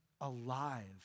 alive